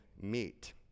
meet